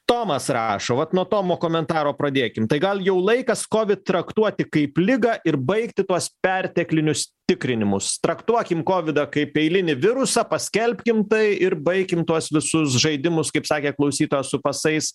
tomas rašo vat nuo tomo komentaro pradėkim tai gal jau laikas kovid traktuoti kaip ligą ir baigti tuos perteklinius tikrinimus traktuokim kovidą kaip eilinį virusą paskelbkim tai ir baikim tuos visus žaidimus kaip sakė klausytojas su pasais